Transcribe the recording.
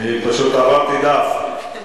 אני פשוט עברתי דף.